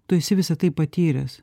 tu esi visa tai patyręs